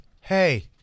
hey